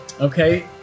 Okay